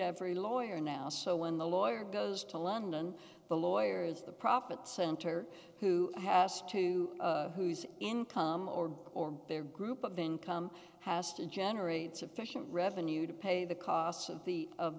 every lawyer now so when the lawyer goes to london the lawyer is the profit center who has to whose income or or their group of income has to generate sufficient revenue to pay the costs of the of